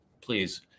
please